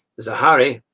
Zahari